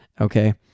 okay